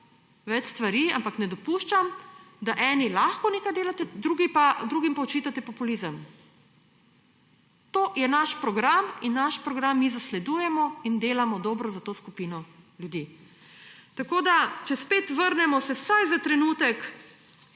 več stvari; ampak ne dopuščam, da eni lahko nekaj delate, drugim pa očitate populizem. To je naš program in naš program mi zasledujemo ter delamo dobro za to skupino ljudi. Če se spet vrnemo vsaj za trenutek